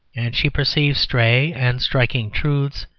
she perceives stray and striking truths,